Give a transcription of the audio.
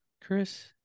Chris